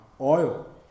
oil